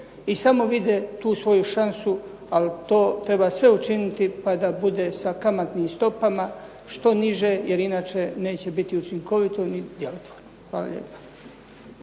i samo vide tu svoju šansu, ali to treba sve učiniti pa da bude sa kamatnim stopama što niže jer inače neće biti učinkovito ni djelotvorno. Hvala lijepa.